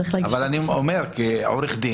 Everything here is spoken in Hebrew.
צריך להגיש בקשה.